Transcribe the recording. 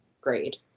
grade